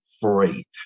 free